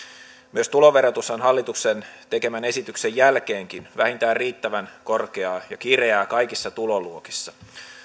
myös tuloverotus on hallituksen tekemän esityksen jälkeenkin vähintään riittävän korkeaa ja kireää kaikissa tuloluokissa